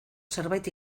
zerbait